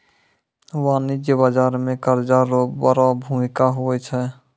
वाणिज्यिक बाजार मे कर्जा रो बड़ो भूमिका हुवै छै